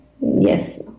Yes